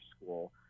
school